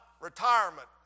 retirement